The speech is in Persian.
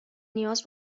نیاز